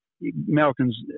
Malcolm's